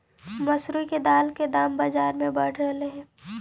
मसूरी के दाल के दाम बजार में बढ़ रहलई हे